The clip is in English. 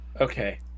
Okay